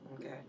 Okay